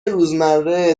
روزمره